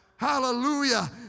Hallelujah